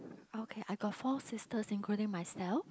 okay I got four sister including myself